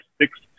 six